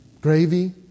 gravy